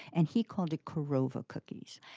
and he called it korova cookies.